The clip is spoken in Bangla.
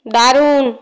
দারুণ